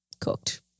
cooked